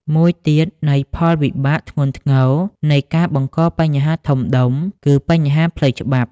មួយទៀតនៃផលវិបាកធ្ងន់ធ្ងរនៃការបង្កបញ្ហាធំដុំ គឺបញ្ហាផ្លូវច្បាប់។